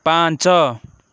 ପାଞ୍ଚ